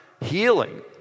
healing